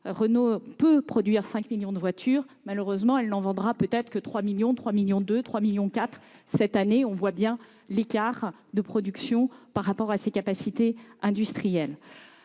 Renault peut produire 5 millions de voitures ; malheureusement, elle n'en vendra peut-être que 3 millions, 3,2 millions ou 3,4 millions cette année. On voit bien là l'écart de production par rapport aux capacités industrielles.